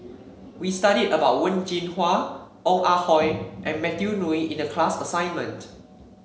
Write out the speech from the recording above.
we studied about Wen Jinhua Ong Ah Hoi and Matthew Ngui in the class assignment